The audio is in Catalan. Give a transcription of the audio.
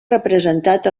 representat